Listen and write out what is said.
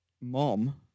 Mom